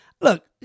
look